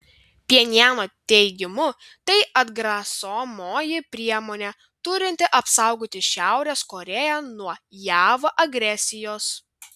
pchenjano teigimu tai atgrasomoji priemonė turinti apsaugoti šiaurės korėją nuo jav agresijos